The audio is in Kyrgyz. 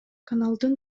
каналдын